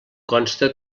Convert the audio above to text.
consta